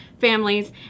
families